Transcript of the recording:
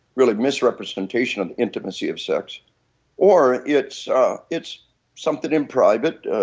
really misrepresentation of the intimacy of sex or it's it's something in private.